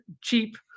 cheap